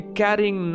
carrying